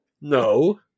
No